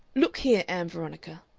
look here, ann veronica,